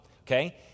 Okay